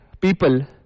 people